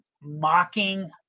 mocking